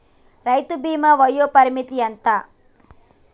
రైతు బీమా వయోపరిమితి ఎంత?